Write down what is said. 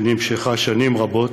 שנמשכה שנים רבות,